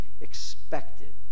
expected